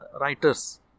writers